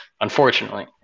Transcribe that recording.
unfortunately